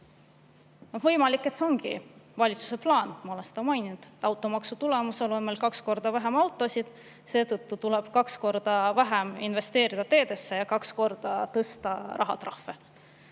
Võimalik, et see ongi valitsuse plaan – ma olen seda maininud –, et automaksu tulemusel on meil kaks korda vähem autosid, seetõttu saab kaks korda vähem investeerida teedesse ja tuleb kaks korda tõsta rahatrahve.